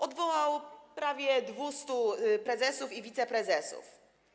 Odwołał prawie 200 prezesów i wiceprezesów.